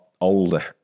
older